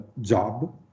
job